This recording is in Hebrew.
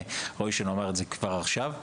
וראוי שנאמר את זה כבר עכשיו,